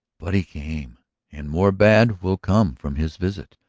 but he came and more bad will come from his visit,